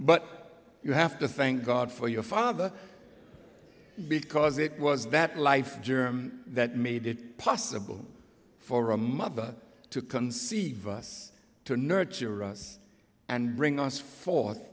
but you have to thank god for your father because it was that life that made it possible for a mother to conceive us to nurture us and bring us forth